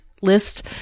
list